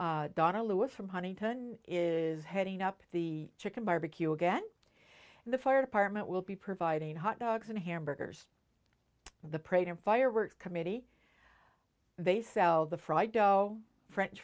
lewis from huntington is heading up the chicken barbecue again and the fire department will be providing hot dogs and hamburgers the parade and fireworks committee they sell the fried dough french